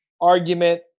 argument